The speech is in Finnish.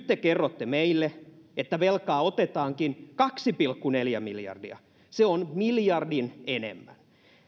te kerrotte meille että velkaa otetaankin kaksi pilkku neljä miljardia se on miljardin enemmän